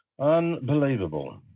Unbelievable